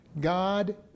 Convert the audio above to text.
God